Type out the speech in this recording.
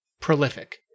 prolific